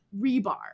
rebar